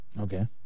Okay